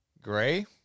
Gray